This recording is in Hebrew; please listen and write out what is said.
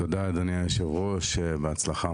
תודה, אדוני היושב-ראש, בהצלחה.